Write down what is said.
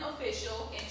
official